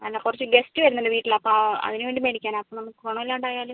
അല്ല കുറച്ച് ഗസ്റ്റ് വരുന്നുണ്ട് വീട്ടിൽ അപ്പം അതിനുവേണ്ടി മേടിക്കാനാണ് അപ്പം നമുക്ക് ഗുണം ഇല്ലാണ്ടായാൽ